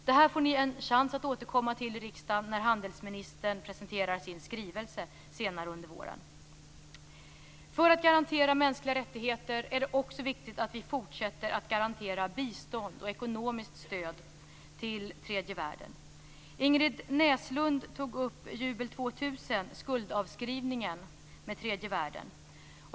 Det här får ni en chans att återkomma till i riksdagen när handelsministern presenterar sin skrivelse senare under våren. För att garantera mänskliga rättigheter är det också viktigt att vi fortsätter att garantera bistånd och ekonomiskt stöd till tredje världen. Ingrid Näslund tog upp Jubel 2000, skuldavskrivningen för tredje världen.